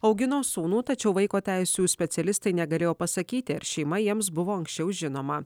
augino sūnų tačiau vaiko teisių specialistai negalėjo pasakyti ar šeima jiems buvo anksčiau žinoma